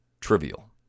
trivial